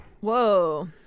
Whoa